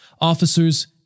officers